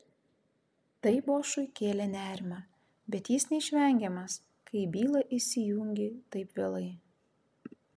tai bošui kėlė nerimą bet jis neišvengiamas kai į bylą įsijungi taip vėlai